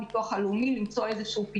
יש אנשים שגוררים חובות לביטוח הלאומי מזמן רב,